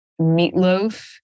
meatloaf